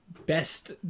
best